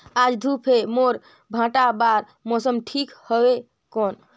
आज धूप हे मोर भांटा बार मौसम ठीक हवय कौन?